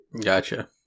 Gotcha